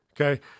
Okay